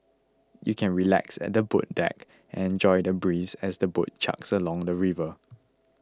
you can relax at the boat deck and enjoy the breeze as the boat chugs along the river